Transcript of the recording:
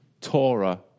Torah